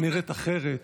שנראית אחרת,